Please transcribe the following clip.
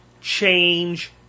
change